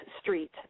street